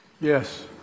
Yes